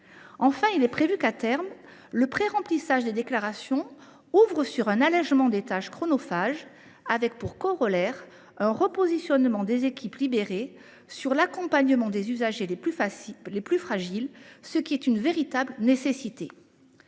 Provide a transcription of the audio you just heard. Enfin, il est prévu, à terme, que le préremplissage des déclarations contribue à un allégement des tâches chronophages avec, pour corollaire, un repositionnement des équipes sur l’accompagnement des usagers les plus fragiles, ce qui est véritablement nécessaire.